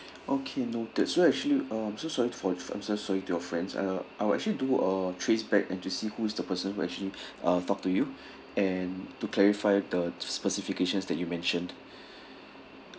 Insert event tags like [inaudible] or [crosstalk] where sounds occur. okay noted so actually um so sorry for I'm so sorry to your friends uh I will actually do a trace back and to see who is the person who actually [breath] uh talk to you and to clarify the specifications that you mentioned